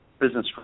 business